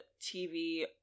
TV